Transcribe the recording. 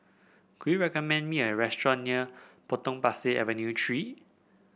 can you recommend me a restaurant near Potong Pasir Avenue Three